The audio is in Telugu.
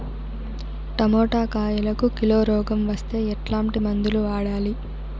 టమోటా కాయలకు కిలో రోగం వస్తే ఎట్లాంటి మందులు వాడాలి?